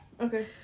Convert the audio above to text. Okay